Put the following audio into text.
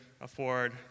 afford